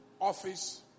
office